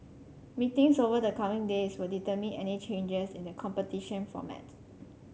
meetings over the coming days would determine any changes in the competition format